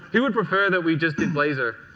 he would prefer that we just did blazer.